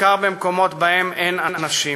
בעיקר במקומות שבהם אין אנשים.